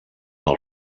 del